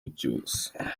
byose